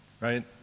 right